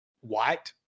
white